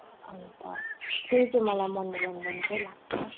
अन्त त्यही चाहिँ मलाई मनोरञ्जन चाहिँ लाग्छ